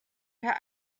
per